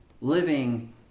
living